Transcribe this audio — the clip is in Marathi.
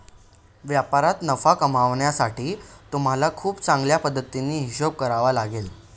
व्यापारात नफा कमावण्यासाठी तुम्हाला खूप चांगल्या पद्धतीने हिशोब करावा लागेल